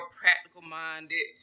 practical-minded